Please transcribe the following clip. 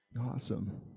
Awesome